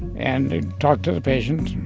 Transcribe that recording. and talked to the patient.